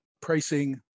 pricing